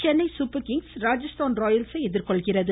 Chennai Super Kings Rajasthan ராயல்ஸை எதிர்கொள்கிறது